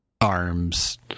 arms